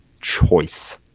choice